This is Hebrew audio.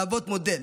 להוות מודל,